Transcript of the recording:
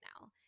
now